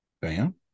Bam